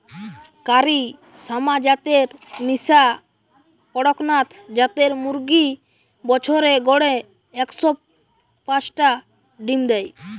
কারি শ্যামা জাতের মিশা কড়কনাথ জাতের মুরগি বছরে গড়ে একশ পাচটা ডিম দেয়